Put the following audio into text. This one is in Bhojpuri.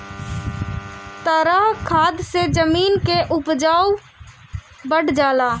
तरल खाद से जमीन क उपजाऊपन बढ़ जाला